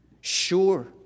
sure